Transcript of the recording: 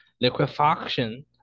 Liquefaction